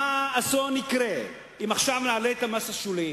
איזה אסון יקרה אם עכשיו נעלה את המס השולי